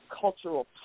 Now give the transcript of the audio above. cultural